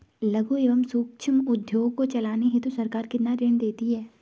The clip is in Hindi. लघु एवं सूक्ष्म उद्योग को चलाने हेतु सरकार कितना ऋण देती है?